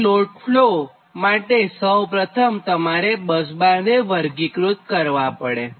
તો load flow માટે સૌ પ્રથમ તમારે બસબાર ને વર્ગીક્રૃત કરવા પડે